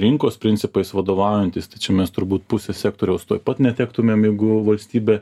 rinkos principais vadovaujantis tai čia mes turbūt pusę sektoriaus tuoj pat netektumėm jeigu valstybė